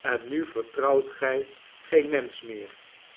en nu vertrouwt gij geen mensch meer